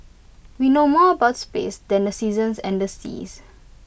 we know more about space than the seasons and the seas